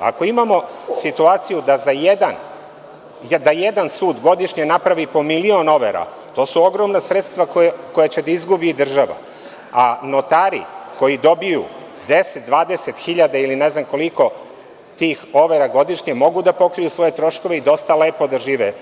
Ako imamo situaciju da jedan sud godišnje napravi po milion overa, to su ogromna sredstva koje će da izgubi i država, a notari koji dobiju 10, 20 hiljada ili ne znam koliko tih overa godišnje, mogu da pokriju svoje troškove i dosta lepo da žive